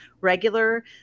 regular